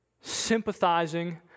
sympathizing